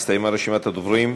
הסתיימה רשימת הדוברים.